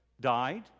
died